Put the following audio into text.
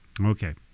Okay